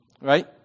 right